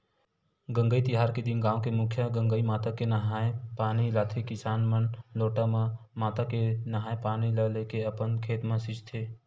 गंगई तिहार के दिन गाँव के मुखिया गंगई माता के नंहाय पानी लाथे किसान मन लोटा म माता के नंहाय पानी ल लेके अपन खेत म छींचथे